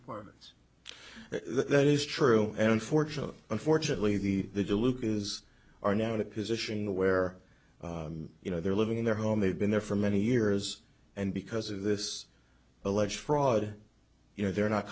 departments that is true unfortunately unfortunately the the deluca is are now in a position where you know they're living in their home they've been there for many years and because of this alleged fraud you know they're not